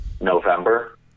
November